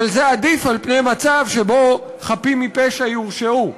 אבל זה עדיף על-פני מצב שבו חפים מפשע יורשעו.